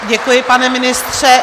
Děkuji, pane ministře.